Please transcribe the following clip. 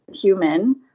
human